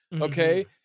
Okay